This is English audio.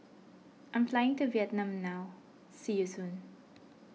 I am flying to Vietnam now see you soon